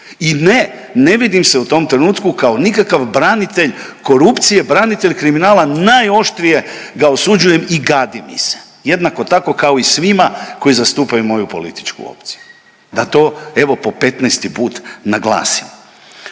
I ne, ne vidim se u tom trenutku kao nikakav branitelj korupcije, branitelj kriminala, najoštrije ga osuđujem i gadi mi se, jednako tako kao i svima koji zastupaju moju političku opciju, da to evo po 15-ti put naglasim.